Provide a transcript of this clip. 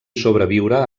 sobreviure